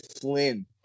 Flynn